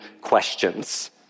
questions